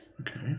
Okay